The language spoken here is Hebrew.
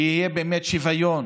ושיהיה שוויון